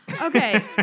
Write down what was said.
Okay